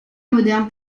moderne